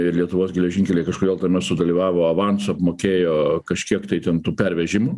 ir lietuvos geležinkeliai kažkodėl tame sudalyvavo avansu apmokėjo kažkiek tai ten tų pervežimų